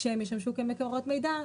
כאשר הם ישמשו כמקורות מידע,